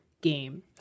game